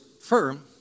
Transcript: firm